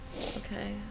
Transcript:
Okay